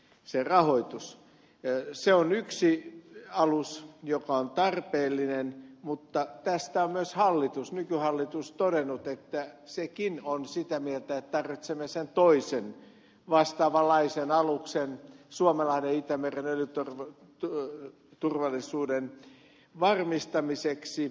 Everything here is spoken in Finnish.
se on yksi alus joka on tarpeellinen mutta tästä on myös nykyhallitus todennut että sekin on sitä mieltä että tarvitsemme sen toisen vastaavanlaisen aluksen suomenlahden itämeren öljyturvallisuuden varmistamiseksi